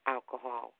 Alcohol